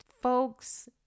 Folks